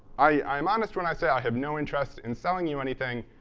i am honest when i say i have no interest in selling you anything.